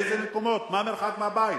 באיזה מקומות, מה המרחק מהבית